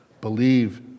Believe